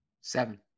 seven